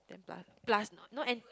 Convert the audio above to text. then plus plus not not an